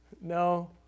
No